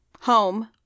home